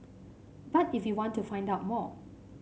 but if you want to find out more